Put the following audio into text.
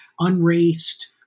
unraced